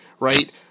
right